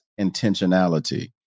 intentionality